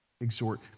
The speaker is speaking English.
Exhort